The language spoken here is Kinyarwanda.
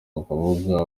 bakavuga